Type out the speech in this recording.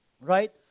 Right